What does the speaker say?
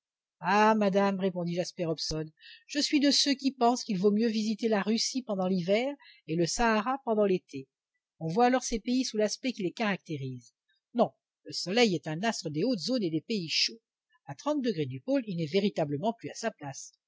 ah madame répondit jasper hobson je suis de ceux qui pensent qu'il vaut mieux visiter la russie pendant l'hiver et le sahara pendant l'été on voit alors ces pays sous l'aspect qui les caractérise non le soleil est un astre des hautes zones et des pays chauds à trente degrés du pôle il n'est véritablement plus à sa place